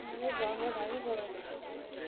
বাংলা ভালোই প্রভাবিত হয়ে যায়